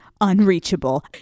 unreachable